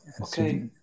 Okay